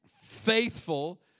faithful